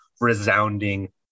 resounding